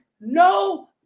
no